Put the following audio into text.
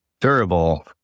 Durable